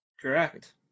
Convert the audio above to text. Correct